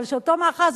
אבל שאותו מאחז,